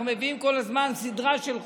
אנחנו מביאים כל הזמן סדרה של חוקים,